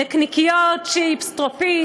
נקניקיות, צ'יפס, טרופית,